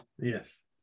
Yes